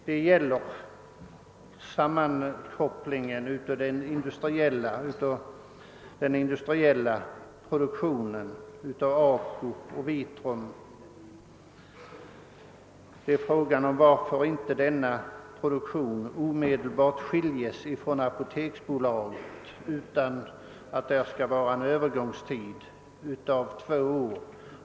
Det gäller sammankopplingen av den industriella produktionen av ACO och Vitrum. Frågan gäller varför inte denna produktion omedelbart skiljes från apoteksbolaget utan det skall vara en övergångstid av två år.